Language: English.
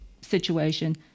situation